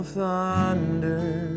thunder